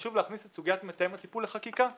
שחשוב להכניס את סוגיית מתאם הטיפול לחקיקה.